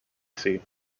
sea